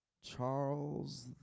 Charles